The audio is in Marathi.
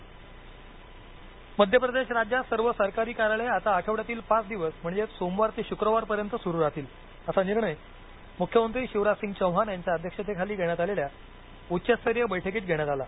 मध्य प्रदेश मध्य प्रदेश राज्यात सर्व सरकारी कार्यालयं आता आठवड्यातील पाच दिवस म्हणजेच सोमवार ते शुक्रवार पर्यंत सुरु राहतील असा निर्णय मुख्यमंत्री शिवराजसिंग चौहान यांच्या अध्यक्षतेखाली घेण्यात आलेल्या उच्च स्तरीय बैठकीत घेण्यात आला